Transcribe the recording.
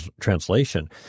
Translation